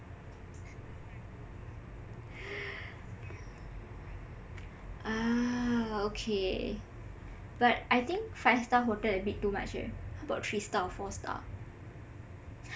ah okay but I think five star hotel abit too much eh how about three star or four star